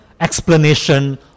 explanation